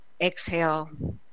Exhale